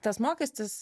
tas mokestis